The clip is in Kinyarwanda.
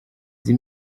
izi